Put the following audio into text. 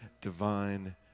divine